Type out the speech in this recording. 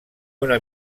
una